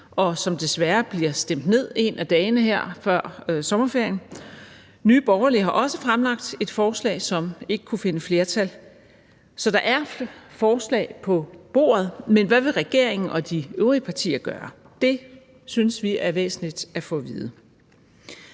og som desværre bliver stemt ned en af dagene her før sommerferien. Nye Borgerlige har også fremsat et forslag, som ikke kunne finde flertal. Så der er forslag på bordet; men hvad vil regeringen og de øvrige partier gøre? Det synes vi er væsentligt at få at vide.